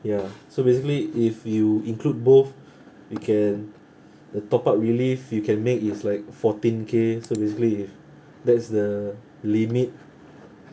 ya so basically if you include both you can the top up relief you can make is like fourteen K so basically if that's the limit